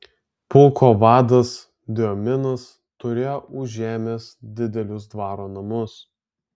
pulko vadas diominas turėjo užėmęs didelius dvaro namus